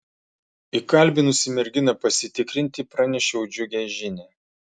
įkalbinusi merginą pasitikrinti pranešiau džiugią žinią